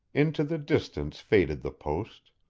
into the distance faded the post.